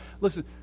listen